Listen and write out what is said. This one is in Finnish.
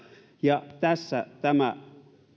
ja tämä